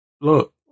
look